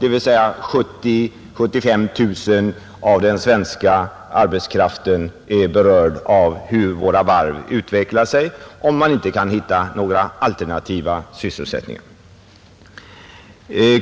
Ungefär 70 000-75 000 av den svenska arbetskraften är berörd av hur våra varv utvecklar sig, om man inte kan hitta några alternativa sysselsättningar.